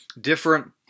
different